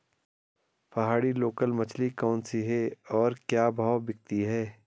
पहाड़ी लोकल मछली कौन सी है और क्या भाव बिकती है?